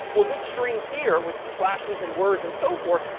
well this string here with slashes, and words, and so forth,